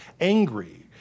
angry